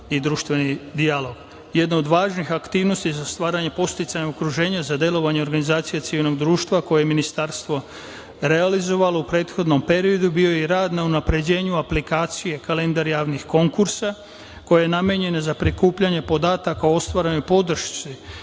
i društveni dijalog. Jedna od važnih aktivnosti za stvaranje podsticajnog okruženja za delovanje organizacije civilnog društva koje je ministarstvo realizovalo u prethodnom periodu bio je i rad na unapređenju aplikacije „kalendar javnih konkursa“ koja je namenjena za prikupljanje podataka o ostvarenoj podršci